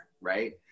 right